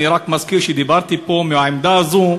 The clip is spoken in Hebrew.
אני רק מזכיר שסיפרתי פה, מהעמדה הזאת,